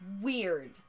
Weird